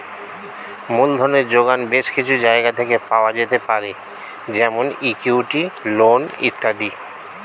মূলধনের জোগান বেশ কিছু জায়গা থেকে পাওয়া যেতে পারে যেমন ইক্যুইটি, লোন ইত্যাদি